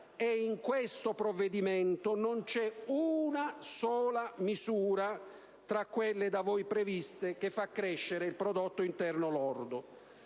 In questo provvedimento non c'è una sola misura tra quelle da voi previste che fa crescere il PIL. Doveva essere